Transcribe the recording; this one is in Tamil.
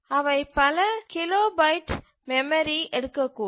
அவை பல கிலோபைட்மெமரி எடுக்கக்கூடும்